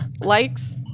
Likes